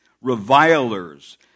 revilers